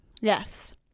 Yes